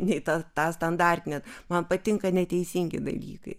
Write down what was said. nei ten ta standartinė man patinka neteisingi dalykai